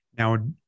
Now